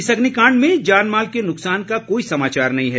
इस अग्निकाण्ड में जानमाल के नुकसान का कोई समाचार नहीं है